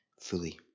fully